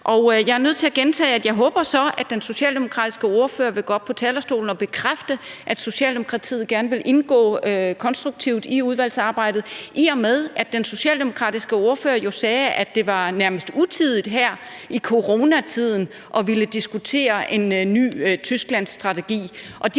jeg håber, at den socialdemokratiske ordfører vil gå op på talerstolen og bekræfte, at Socialdemokratiet gerne vil indgå konstruktivt ind i udvalgsarbejdet, i og med at den socialdemokratiske ordfører jo sagde, at det nærmest var utidigt her i coronatiden at ville diskutere en ny Tysklandsstrategi.